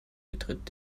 betritt